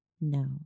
No